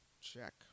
check